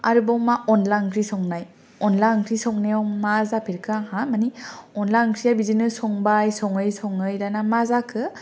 आरोबाव मा अनला ओंख्रि संनाय अनला ओंख्रि संनायाव मा जाफेरखो आंहा मानि अनला ओंख्रिया बिदिनो संबाय सङै सङै दाना मा जाखो